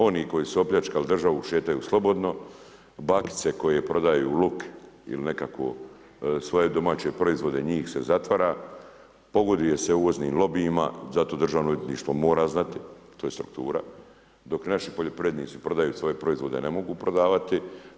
Oni koji su opljačkali državu, šetaju slobodno, bakice koje prodaju luk ili nekakvo svoje domaće proizvode, njih se zatvara, pogoduje se uvoznim lobijima zato Državno odvjetništvo mora znati, to je struktura, dok naši poljoprivrednici prodaju svoje proizvode, a ne mogu prodavati.